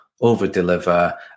over-deliver